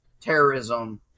terrorism